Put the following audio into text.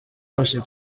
worship